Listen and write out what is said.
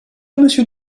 monsieur